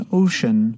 ocean